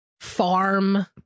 farm